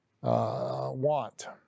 want